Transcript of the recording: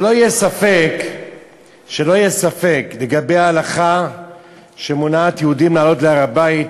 שלא יהיה ספק לגבי ההלכה שמונעת מיהודים לעלות להר-הבית.